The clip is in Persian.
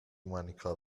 مانیکا